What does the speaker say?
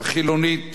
הפרגמטית,